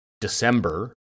December